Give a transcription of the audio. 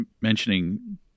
mentioning